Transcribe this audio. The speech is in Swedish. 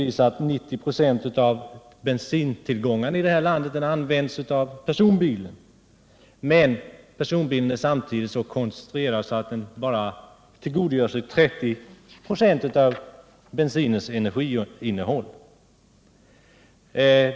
Vi vet att 90 26 av bensintillgångarna i det här landet används av personbilen. Men personbilen är samtidigt så konstruerad att den bara tillgodogör sig 30 26 av bensinens energiinnehåll.